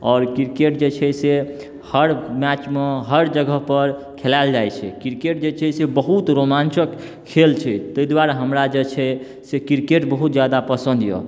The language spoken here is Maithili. आओर क्रिकेट जे छै से हर मैचमे हर जगह पर खेलाएल जाइत छै क्रिकेट जे छै से बहुत रोमान्चक खेल छै ताहि दुआरे हमरा जे छै से क्रिकेट बहुत जादा पसन्द यऽ